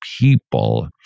people